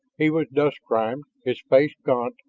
he was dust-grimed, his face gaunt,